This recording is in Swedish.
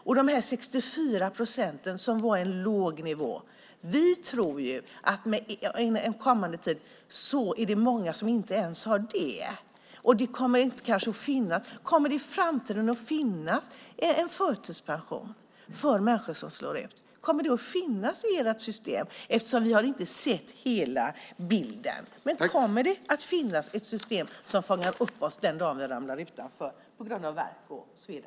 När det gäller de 64 procenten som var en låg nivå tror vi att det i framtiden blir många som inte ens har det. Kommer det att finnas en förtidspension för människor som slås ut i framtiden? Vi har ännu inte sett hela bilden. Kommer det att finnas ett system som fångar upp oss den dag vi hamnar utanför på grund av värk och sveda?